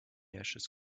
ashes